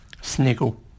Sniggle